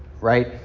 right